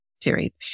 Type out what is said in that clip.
series